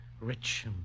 rich